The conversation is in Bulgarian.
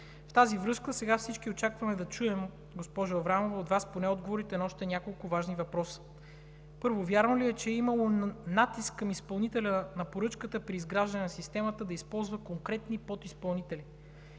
В тази връзка сега всички очакваме да чуем, госпожо Аврамова, от Вас поне отговорите на още няколко важни въпроса. Първо, вярно ли е, че е имало натиск към изпълнителя на поръчката при изграждане на системата да използва конкретни подизпълнители?